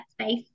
space